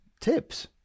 tips